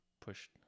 pushed